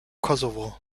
kosovo